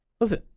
listen